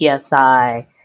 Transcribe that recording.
PSI